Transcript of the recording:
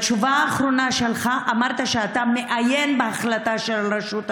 בתשובה האחרונה שלך אמרת שאתה מעיין בהחלטה של רשות הדואר,